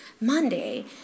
Monday